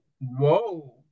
whoa